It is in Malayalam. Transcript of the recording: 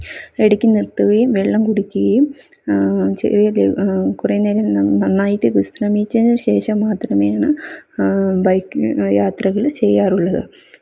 ഇടയ്ക്ക് നിർത്തുകയും വെള്ളം കുടിക്കുകയും കുറേനേരം നന്നായിട്ട് വിശ്രമിച്ചതിന് ശേഷം മാത്രമാണ് ബൈക്ക് യാത്രകള് ചെയ്യാറുള്ളത്